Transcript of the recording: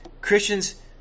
Christians